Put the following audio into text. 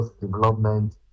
development